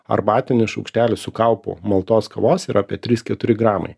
arbatinis šaukštelis su kaupu maltos kavos yra apie trys keturi gramai